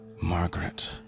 Margaret